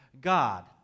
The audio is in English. God